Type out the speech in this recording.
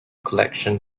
collection